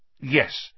Yes